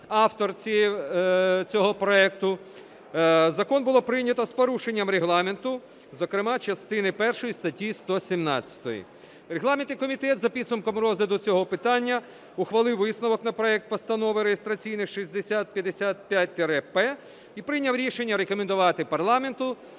автор цього проекту, закон було прийнято з порушенням Регламенту, зокрема частини першої статті 117. Регламентний комітет за підсумком розгляду цього питання ухвалив висновок на проект Постанови реєстраційний 6055-П і прийняв рішення рекомендувати парламенту